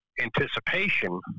anticipation